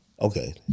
Okay